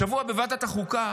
השבוע בוועדת החוקה